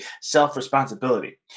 self-responsibility